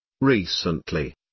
Recently